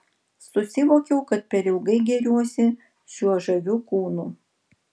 susivokiau kad per ilgai gėriuosi šiuo žaviu kūnu